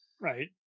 right